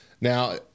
Now